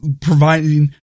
providing